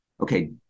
okay